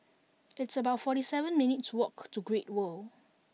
it's about forty seven minutes' walk to Great World